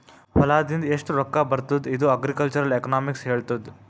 ಹೊಲಾದಿಂದ್ ಎಷ್ಟು ರೊಕ್ಕಾ ಬರ್ತುದ್ ಇದು ಅಗ್ರಿಕಲ್ಚರಲ್ ಎಕನಾಮಿಕ್ಸ್ ಹೆಳ್ತುದ್